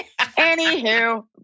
Anywho